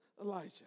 Elijah